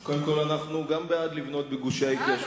אז קודם כול אנחנו גם בעד לבנות בגושי ההתיישבות.